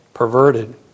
perverted